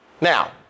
Now